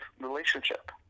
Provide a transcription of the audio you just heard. relationship